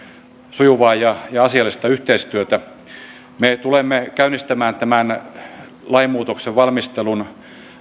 sujuvaa ja ja asiallista yhteistyötä me tulemme käynnistämään tämän lainmuutoksen valmistelun